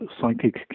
psychic